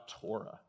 Torah